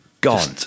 Gone